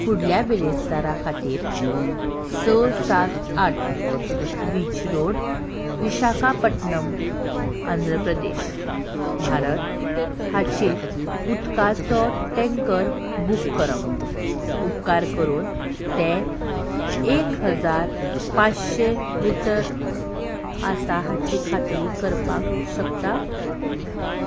फुडल्या बिरेस्तारा खातीर स सात आठ बीच रोड विशाखापटणम आंध्र प्रदेश भारत हाचेर उदकाचो टँकर बूक करप उपकार करून तें एक हजार पांचशे लिटर आसा हाची खात्री करपाक शकता